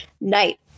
night